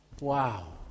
Wow